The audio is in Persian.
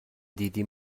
دیدی